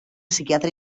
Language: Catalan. psiquiatre